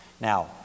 Now